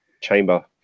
chamber